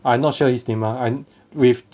I not sure his name lah with